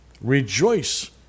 Rejoice